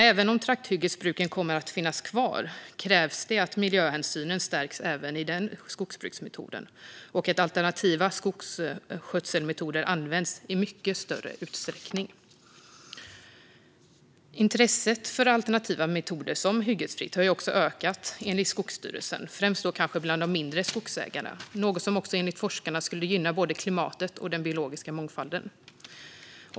Även om trakthyggesbruken kommer att finnas kvar krävs det att miljöhänsynen stärks även i denna skogsbruksmetod och att alternativa skogsskötselmetoder används i mycket större utsträckning. Intresset för alternativa metoder, som hyggesfritt, har ökat enligt Skogsstyrelsen, främst då bland de mindre skogsägarna. Det är också något som enligt forskarna skulle gynna både klimatet och den biologiska mångfalden.